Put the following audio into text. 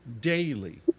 daily